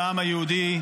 לעם היהודי,